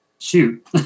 Shoot